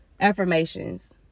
affirmations